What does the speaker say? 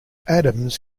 adams